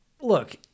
look